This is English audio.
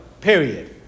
Period